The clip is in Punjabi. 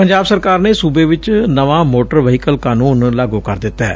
ਪੰਜਾਬ ਸਰਕਾਰ ਨੇ ਸੁਬੇ ਚ ਨਵਾਂ ਮੋਟਰ ਵਹੀਕਲ ਕਾਨੁੰਨ ਲਾਗੁ ਕਰ ਦਿੱਤੈ